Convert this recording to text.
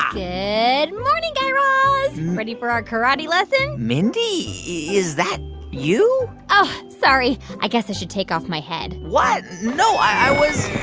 good morning, guy raz. ready for our karate lesson? mindy? is that you? oh, sorry. i guess i should take off my head what? no, i was.